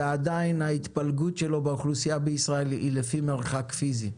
ובכל זאת ההתפלגות שלו באוכלוסייה בישראל היא לפי מרחק פיזי.